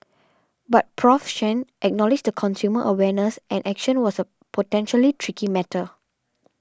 but Professor Chen acknowledged consumer awareness and action was a potentially tricky matter